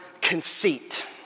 conceit